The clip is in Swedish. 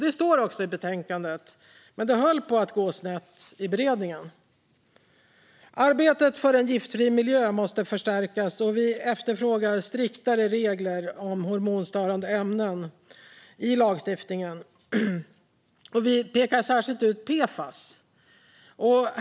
Det står också i betänkandet, men det höll på att gå snett i beredningen. Arbetet för en giftfri miljö måste förstärkas, och vi efterfrågar striktare regler om hormonstörande ämnen i lagstiftningen. Vi pekar särskilt ut PFAS.